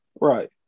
Right